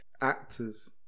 Actors